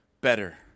better